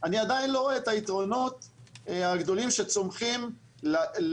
אני עדיין לא רואה את היתרונות הגדולים שצומחים למדינה,